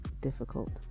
difficult